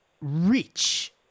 rich